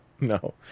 No